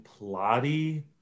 plotty